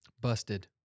Busted